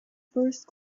first